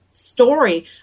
story